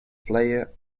player